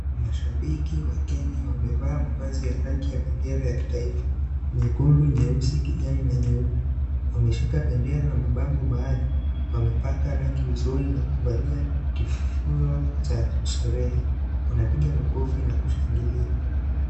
Mashabiki wa Kenya wamevaa mavazi ya rangi ya bendera ya kitaifa, nyekundu, nyeusi, kijani, na nyeupe. Wameshika bendera na mabango baadhi, wamepaka rangi usoni na kuvalia kifaa cha sherehe, wanapiga makofi na kushangilia.